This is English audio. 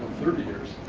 thirty years.